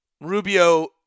Rubio